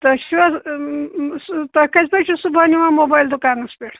تۄہہِ چھِوا تۄہہِ کٔژ بجہِ چھِو صُبحن یِوان موبایل دُکانس پیٹھ